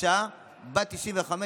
אישה בת 95,